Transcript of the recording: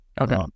Okay